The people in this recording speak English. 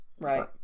right